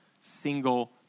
single